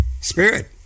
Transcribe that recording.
Spirit